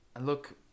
look